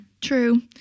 True